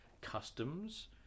customs